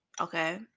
Okay